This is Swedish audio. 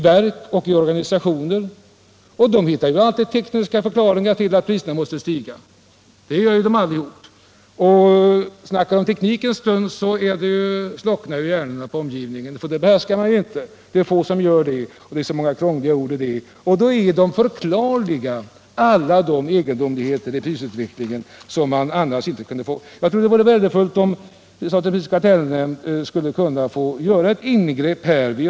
De hittar alltid tekniska förklaringar till att priserna måste stiga, Talar man teknik en stund så upphör hjärnorna att fungera hos dem som inte behärskar ämnet, och på det sättet kan man ”förklara” en prisutveckling. Därför borde prisoch kartellnämnden få göra ett ingrepp på detta område.